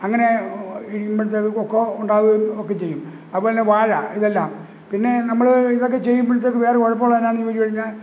അങ്ങനെ ഇടുമ്പോഴത്തേക്ക് കൊക്കൊ ഉണ്ടാവുകയും ഒക്കെച്ചെയ്യും അതുപോലെതന്നെ വാഴ ഇതെല്ലാം പിന്നെ നമ്മള് ഇതൊക്കെ ചെയ്യുമ്പോഴത്തേക്ക് വേറെ കുഴപ്പമുള്ളതെന്നാന്ന് ചോദിച്ചുകഴിഞ്ഞാല്